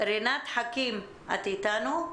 רינת חכים, את אתנו?